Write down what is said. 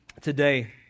today